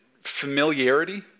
familiarity